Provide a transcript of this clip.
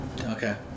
Okay